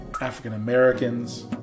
African-Americans